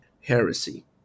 heresy